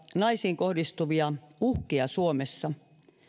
naisiin kohdistuvia uhkia suomessa